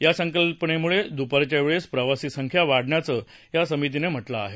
या संकल्पनेमुळे दुपारच्या वेळेस प्रवासी संख्या वाढण्याचं या समितीनं म्हटलं आहे